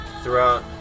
throughout